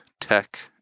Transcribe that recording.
tech